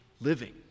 living